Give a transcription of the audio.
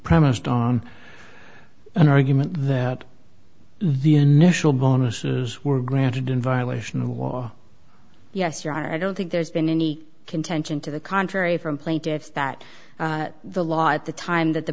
premised on an argument that the initial bonuses were granted in violation of wall yes your honor i don't think there's been any contention to the contrary from plaintiffs that the law at the time that the